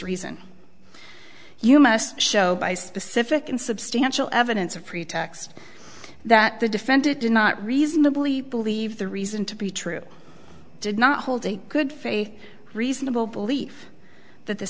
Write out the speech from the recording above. reason you must show by specific and substantial evidence of pretext that the defendant did not reasonably believe the reason to be true did not hold a good faith reasonable belief that the